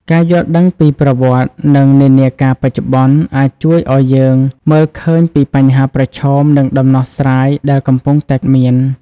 ការយល់ដឹងពីប្រវត្តិ និងនិន្នាការបច្ចុប្បន្ន អាចជួយឱ្យយើងមើលឃើញពីបញ្ហាប្រឈម និងដំណោះស្រាយដែលកំពុងតែមាន។